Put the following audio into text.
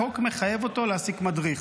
החוק מחייב אותו להעסיק מדריך.